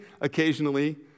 occasionally